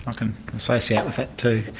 can associate with that, too.